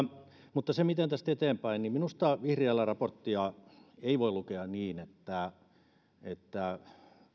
mutta miten tästä eteenpäin minusta vihriälän raporttia ei voi lukea niin että